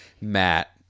Matt